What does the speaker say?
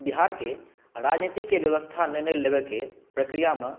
बिहारके राजनीतिके जे व्यवस्था निर्णय लेबैके प्रक्रियामे